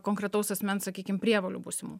konkretaus asmens sakykim prievolių būsimų